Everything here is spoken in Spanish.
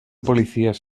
policías